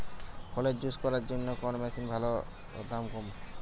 ফলের জুস করার জন্য কোন মেশিন ভালো ও দাম কম?